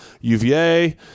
UVA